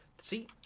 See